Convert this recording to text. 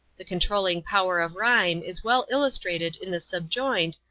the controlling power of rhyme is well illustrated in the subjoined,